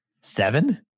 Seven